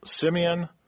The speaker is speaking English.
Simeon